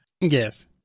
Yes